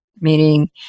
Meaning